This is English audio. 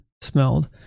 smelled